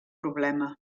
problema